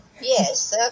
Yes